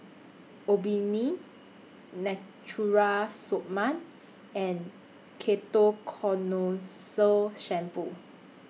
Obimin Natura Stoma and Ketoconazole Shampoo